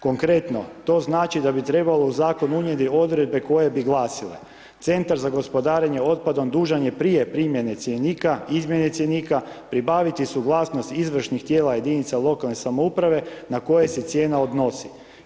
Konkretno, to znači da bi trebalo u zakon unijeti odredbe koje bi glasile: Centar za gospodarenje otpadom dužan je prije primjene cjenika, izmjene cjenika pribaviti suglasnost izvršnih tijela jedinica lokalne samouprave na koje se cijena odnosi.